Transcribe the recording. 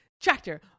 tractor